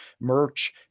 merch